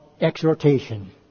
exhortation